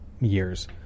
years